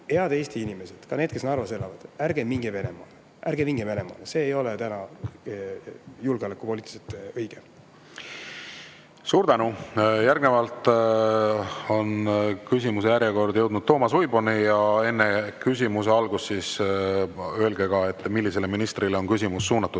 head Eesti inimesed, ka need, kes Narvas elavad, ärge minge Venemaale! Ärge minge Venemaale. See ei ole täna julgeoleku kohalt õige. Suur tänu! Järgnevalt on küsimise järjekord jõudnud Toomas Uiboni. Enne küsimuse algust öelge ka, millisele ministrile on küsimus suunatud.